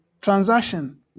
transaction